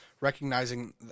recognizing